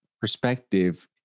perspective